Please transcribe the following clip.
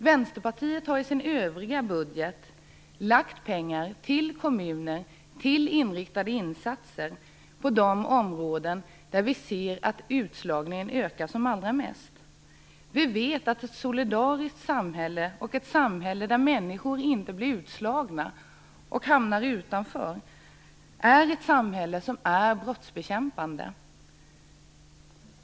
Vänsterpartiet har i sin övriga budget föreslagit pengar till kommuner, till riktade insatser på de områden där vi ser att utslagningen ökar mest. Vi vet att ett solidariskt samhälle, ett samhälle där människor inte blir utslagna och hamnar utanför, är ett samhälle som är brottsbekämpande.